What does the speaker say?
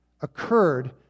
occurred